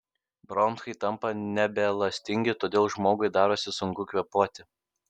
bronchai tampa nebeelastingi todėl žmogui darosi sunku kvėpuoti